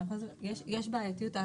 יש בעייתיות.